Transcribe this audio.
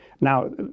Now